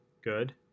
Good